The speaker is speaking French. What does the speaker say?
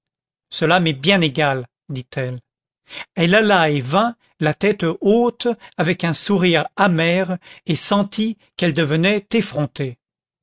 cela m'est bien égal dit-elle elle alla et vint la tête haute avec un sourire amer et sentit qu'elle devenait effrontée